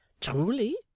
Truly